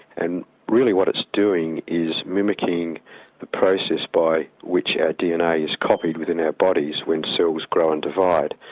and really what it's doing is mimicking the process by which our dna is copied within our bodies when cells grow and divide,